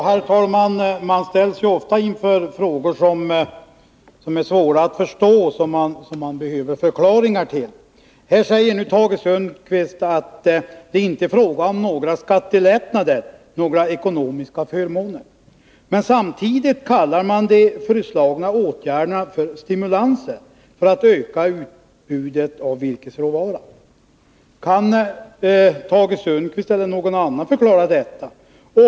Herr talman! Man ställs ofta inför frågor som är svåra att förstå och som man behöver förklaringar till. Tage Sundkvist säger att det inte är fråga om några skattelättnader eller några ekonomiska förmåner. Samtidigt kallar man de föreslagna åtgärderna för stimulanser för att öka utbudet av virkesråvaran. Kan Tage Sundkvist eller någon annan förklara detta?